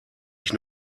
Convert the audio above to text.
ich